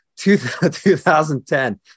2010